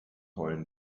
heulen